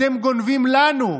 אתם גונבים לנו,